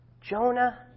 Jonah